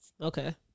Okay